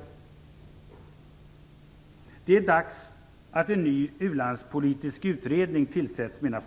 Folkpartiet menar att det är dags att en ny ulandspolitisk utredning tillsätts med